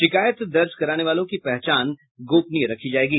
शिकायत दर्ज कराने वालों की पहचान गोपनीय रखी जायेगी